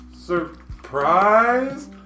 surprise